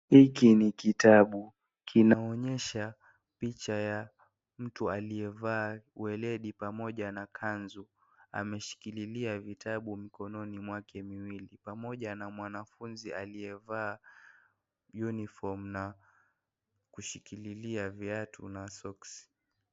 Hiki ni kitabu kinaonyesha picha ya mtu aliyevaa uweledi pamoja na kanzu ameshikililia vitabu mikono mwake miwili pamoja na mwanafunzi aliyevaa uniform na kushikililia viatu na soksi.